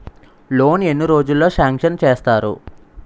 Loan ఎన్ని రోజుల్లో sanction చేస్తారు?